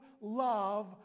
love